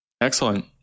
Excellent